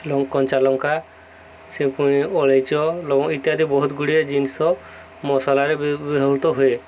ଏବଂ କଞ୍ଚା ଲଙ୍କା ସେ ପୁଣି ଅଳେଇଚ ଲବଙ୍ଗ ଇତ୍ୟାଦି ବହୁତ ଗୁଡ଼ିଏ ଜିନିଷ ମସଲାରେ ବ୍ୟବହୃତ ହୁଏ